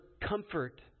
comfort